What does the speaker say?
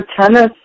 tennis